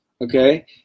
okay